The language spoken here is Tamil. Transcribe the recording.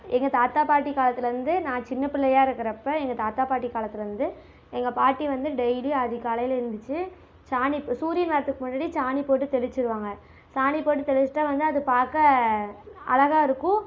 எங்கள் தாத்தா பாட்டி காலத்தில் இருந்து நான் சின்னப்பிள்ளையா இருக்கின்றப்ப எங்கள் தாத்தா பாட்டி காலத்திலேருந்து எங்கள் பாட்டி வந்து டெய்லி வந்து அதிகாலையில் எழுந்திருச்சு சாணி சூரியன் வர்றதுக்கு முன்னாடி சாணி போட்டு தெளிச்சிடுவாங்க சாணி போட்டு தெளிச்சிட்டால் வந்து அது பார்க்க அழகாக இருக்கும்